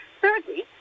Thirdly